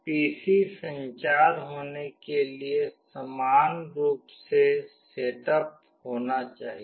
PC संचार होने के लिए समान रूप से सेट अप होना चाहिए